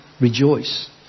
rejoice